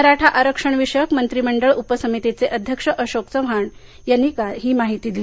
मराठा आरक्षण विषयक मंत्रीमंडळ उपसमितीचे अध्यक्ष अशोक चव्हाण यांनी ही माहिती दिली